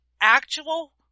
actual